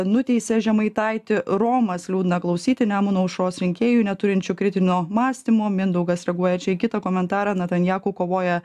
nuteisė žemaitaitį romas liūdna klausyti nemuno aušros rinkėjų neturinčių kritinio mąstymo mindaugas reaguoja čia į kitą komentarą netanjaku kovoja